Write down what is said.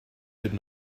did